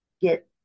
get